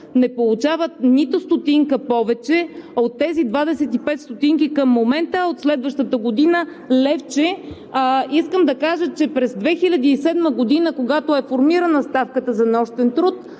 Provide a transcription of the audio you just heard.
не получават нито стотинка повече от тези 25 стотинки към момента, а от следващата година – левче. Искам да кажа, че през 2007 г., когато е формирана ставката за нощен труд